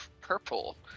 purple